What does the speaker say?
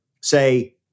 say